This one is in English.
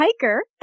hiker